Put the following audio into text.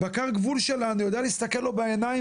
בקר גבול שלנו יודע להסתכל לו בעיניים